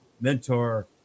mentor